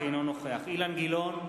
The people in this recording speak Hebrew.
אינו נוכח אילן גילאון,